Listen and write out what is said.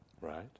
right